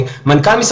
זה ממש